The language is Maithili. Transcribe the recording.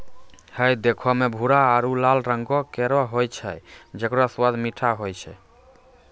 हय देखै म भूरो आरु लाल रंगों केरो होय छै जेकरो स्वाद मीठो होय छै